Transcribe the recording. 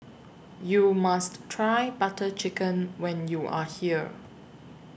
YOU must Try Butter Chicken when YOU Are here